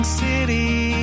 city